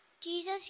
Jesus